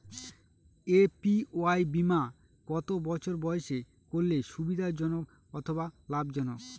APY বীমা কত বছর বয়সে করলে সুবিধা জনক অথবা লাভজনক?